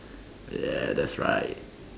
ya that's right